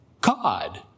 God